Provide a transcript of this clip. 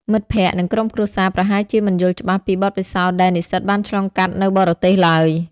មិត្តភក្តិ និងក្រុមគ្រួសារប្រហែលជាមិនយល់ច្បាស់ពីបទពិសោធន៍ដែលនិស្សិតបានឆ្លងកាត់នៅបរទេសឡើយ។